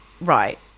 Right